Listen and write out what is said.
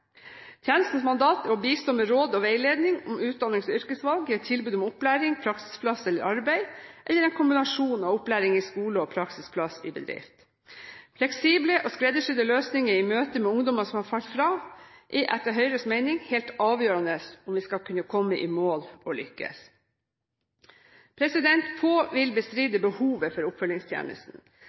Tjenestens mandat er å bistå med råd og veiledning om utdannings- og yrkesvalg, gi tilbud om opplæring, praksisplass eller arbeid, eller en kombinasjon av opplæring i skole og praksisplass i bedrift. Fleksible og skreddersydde løsninger i møte med ungdommer som har falt fra, er etter Høyres mening helt avgjørende om vi skal kunne komme i mål og lykkes. Få vil bestride behovet for oppfølgingstjenesten.